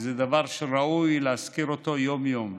וזה דבר שראוי להזכיר אותו יום-יום.